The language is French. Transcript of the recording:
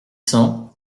cents